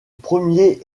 premiers